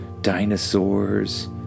dinosaurs